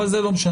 אבל זה העבר.